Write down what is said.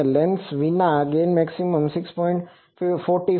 અને લેન્સ વિના gain maximum 6